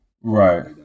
Right